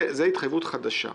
זו התחייבות חדשה.